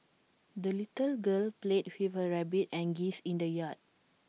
the little girl played with her rabbit and geese in the yard